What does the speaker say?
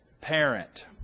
parent